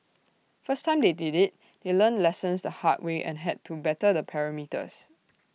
first time they did IT they learnt lessons the hard way and had to better the parameters